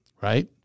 right